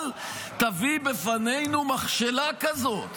אל תביא בפנינו מכשלה כזאת.